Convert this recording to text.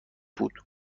بود